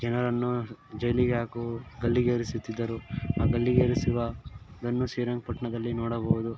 ಜನರನ್ನು ಜೈಲಿಗೆ ಹಾಕು ಗಲ್ಲಿಗೇರಿಸುತ್ತಿದ್ದರು ಆ ಗಲ್ಲಿಗೇರಿಸುವುದನ್ನು ಶ್ರೀರಂಗ ಪಟ್ಟಣದಲ್ಲಿ ನೋಡಬೌದು